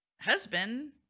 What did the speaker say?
husband